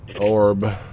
Orb